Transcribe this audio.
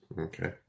Okay